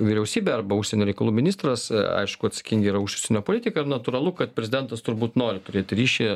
vyriausybė arba užsienio reikalų ministras aišku atsakingi yra už užsienio politiką ir natūralu kad prezidentas turbūt nori turėt ryšį